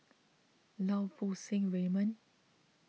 Lau Poo Seng Raymond